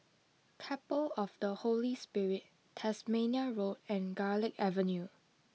Chapel of the Holy Spirit Tasmania Road and Garlick Avenue